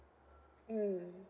mm